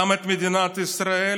גם את מדינת ישראל